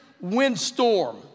windstorm